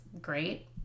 great